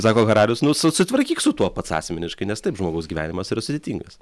sako hararis nu susitvarkyk su tuo pats asmeniškai nes taip žmogaus gyvenimas yra sudėtingas